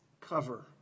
cover